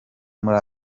muri